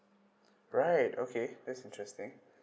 right okay that's interesting